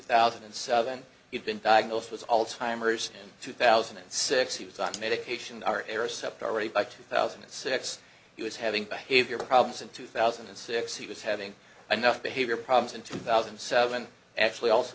thousand and seven you've been diagnosed with alzheimer's in two thousand and six he was on medication our air sept already by two thousand and six he was having behavioral problems in two thousand and six he was having enough behavior problems in two thousand and seven actually also